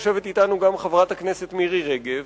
יושבת אתנו גם חברת הכנסת מירי רגב,